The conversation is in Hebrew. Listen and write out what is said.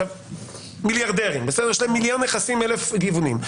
למיליארדרים יש מיליון נכסים מגוונים.